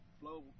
flow